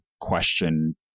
question